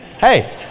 Hey